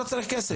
לא צריך כסף.